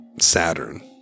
Saturn